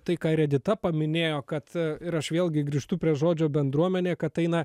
tai ką ir edita paminėjo kad ir aš vėlgi grįžtu prie žodžio bendruomenė kad tai na